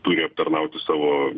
turi aptarnauti savo